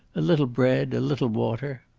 a little bread, a little water.